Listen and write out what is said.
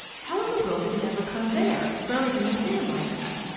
how in the world did it ever come there buried in the sand like that?